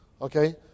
Okay